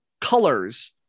colors